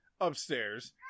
upstairs